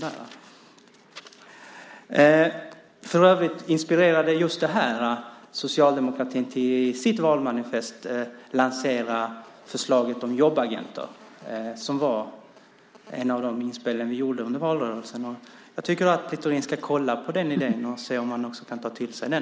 För övrigt inspirerade just detta socialdemokratin till att i sitt valmanifest under valrörelsen lansera förslaget om jobbagenter. Jag tycker att Littorin ska kolla på den idén och se om han också kan ta till sig den.